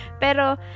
Pero